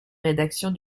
rédaction